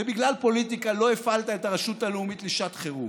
ובגלל פוליטיקה לא הפעלת את הרשות הלאומית לשעת חירום.